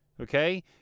Okay